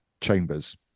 Chambers